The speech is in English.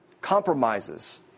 compromises